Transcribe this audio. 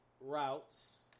routes